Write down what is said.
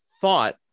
thought